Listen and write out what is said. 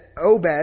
Obed